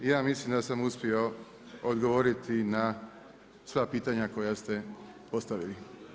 Ja mislim da sam uspio odgovoriti na sva pitanja koja ste postavili.